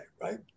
right